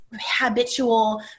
habitual